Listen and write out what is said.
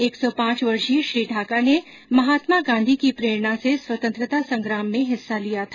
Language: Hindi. एक सौ पॉच वर्षीय श्री ढाका ने महात्मा गांधी की प्रेरणा से स्वतंत्रता संग्राम में हिस्सा लिया था